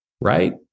right